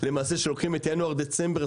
למעשה כשלוקחים את ינואר-דצמבר,